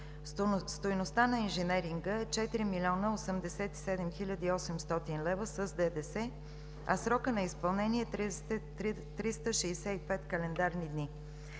Стойността на инженеринга е 4 млн. 87 хил. 800 лв. с ДДС, срокът на изпълнение е 365 календарни дни.